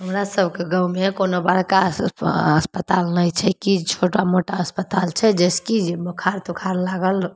हमरा सबके गाँवमे कोनो बड़का अस अस्पताल नहि छै कि छोटा मोटा अस्पताल छै जाहिसँ कि जे बोखार तोखार लागल